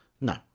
No